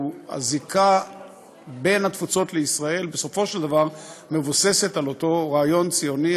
והקשר בין התפוצות לישראל בסופו של דבר מבוסס על אותו רעיון ציוני,